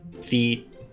feet